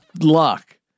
Luck